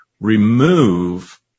remove